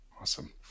Awesome